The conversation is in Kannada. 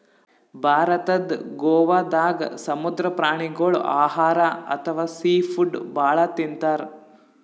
ಭಾರತದ್ ಗೋವಾದಾಗ್ ಸಮುದ್ರ ಪ್ರಾಣಿಗೋಳ್ ಆಹಾರ್ ಅಥವಾ ಸೀ ಫುಡ್ ಭಾಳ್ ತಿಂತಾರ್